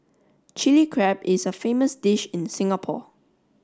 Chilli Crab is a famous dish in Singapore